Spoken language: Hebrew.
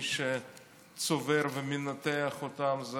מי שצובר ומנתח אותם זה